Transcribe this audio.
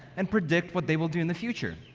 and predict what they will do in the future.